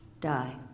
die